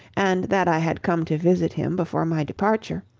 and that i had come to visit him before my departure,